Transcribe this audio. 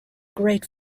great